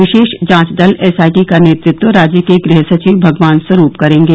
विशेष जांच दल एसआईटी का नेतृत्व राज्य के गृह सचिव भगवान स्वरूप करेंगे